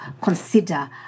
consider